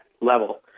level